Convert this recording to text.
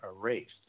erased